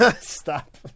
Stop